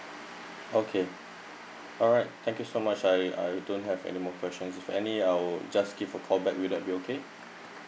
okay alright thank you so much I I don't have anymore questions if any I would just give a call back will that be okay